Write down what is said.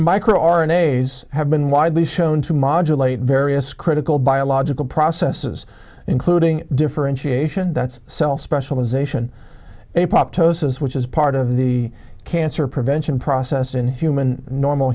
micro r n a s have been widely shown to modulating various critical biological processes including differentiation that's cell specialization a prop whosis which is part of the cancer prevention process in human normal